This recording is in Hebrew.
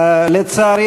לצערי